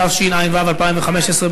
התשע"ו 2015,